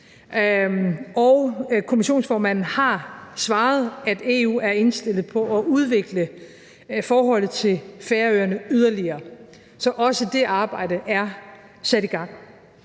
kommissionsformanden har svaret, at EU er indstillet på at udvikle forholdet til Færøerne yderligere. Så også det arbejde er sat i gang.